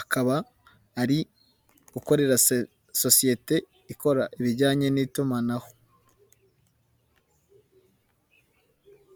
akaba ari gukorera se sosiyete ikora ibijyanye n'itumanaho.